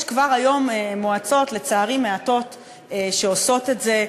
יש כבר היום מועצות, לצערי מעטות, שעושות את זה.